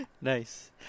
Nice